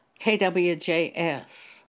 KWJS